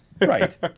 Right